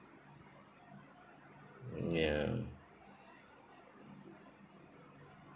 ya